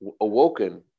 Awoken